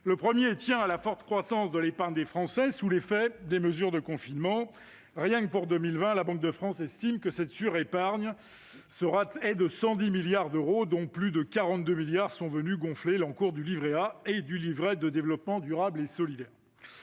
Le premier constat tient à la forte croissance de l'épargne des Français sous l'effet des mesures de confinement. Rien que pour 2020, la Banque de France estime le surcroît d'épargne à 110 milliards d'euros, dont plus de 42 milliards sont venus gonfler l'encours du livret A et du livret de développement durable et solidaire.